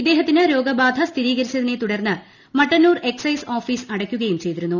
ഇദ്ദേഹത്തിന് രോഗബാധ സ്ഥിരീകരിച്ച തിനെ തുടർന്ന് മട്ടന്റൂർ എക്സൈസ് ഓഫീസ് അടയ്ക്കു കയും ചെയ്തിരുന്നു